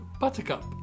Buttercup